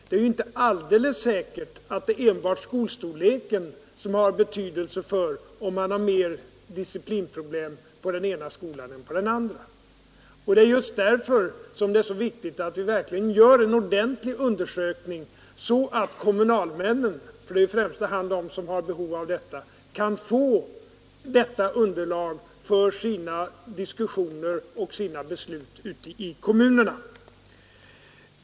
Det är ju inte alldeles säkert att det är enbart skolstorleken Tisdagen den som har betydelse för om man har mer disciplinproblem vid den ena 7 november 1972 skolan än vid den andra. Det är därför viktigt att vi gör en ordentlig undersökning så att kommunalmännen — för det är ju främst de som har behov därav — kan få detta underlag för sina diskussioner och sina beslut ute i kommunerna.